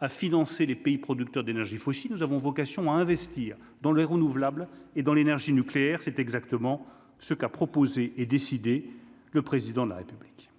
à financer les pays producteurs d'énergies fossiles, nous avons vocation à investir dans le renouvelable et dans l'énergie nucléaire, c'est exactement ce qu'a proposé et décidé le président de la République,